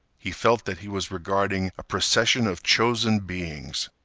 he felt that he was regarding a procession of chosen beings.